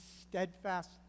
steadfast